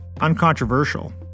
uncontroversial